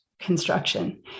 construction